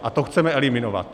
A to chceme eliminovat.